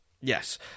Yes